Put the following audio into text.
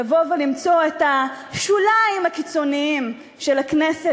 לבוא ולמצוא את השולים הקיצוניים של הכנסת